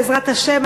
בעזרת השם,